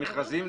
המכרזים,